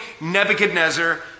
Nebuchadnezzar